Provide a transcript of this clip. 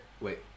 Wait